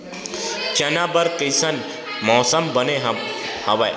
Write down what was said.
चना बर कइसन मौसम बने हवय?